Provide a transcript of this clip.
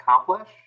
accomplish